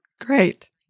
Great